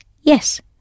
Yes